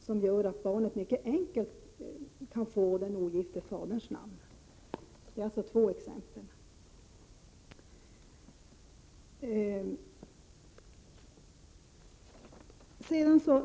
Barnet kan nu på ett mycket enkelt sätt få faderns efternamn.